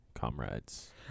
comrades